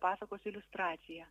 pasakos iliustracija